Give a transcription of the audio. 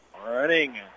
running